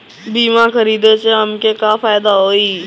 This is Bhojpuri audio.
बीमा खरीदे से हमके का फायदा होई?